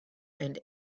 and